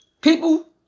people